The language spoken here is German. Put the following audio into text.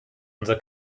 unser